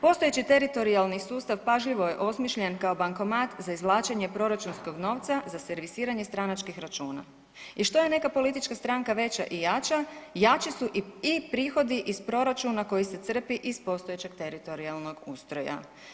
Postojeći teritorijalni sustav pažljivo je osmišljen kao bankomat za izvlačenje proračunskog novca za servisiranje stranačkih računa i što je neka politička stranka veća i jača, jače su i prihodi iz proračuna koji se crpi iz postojećeg teritorijalnog ustroja.